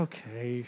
Okay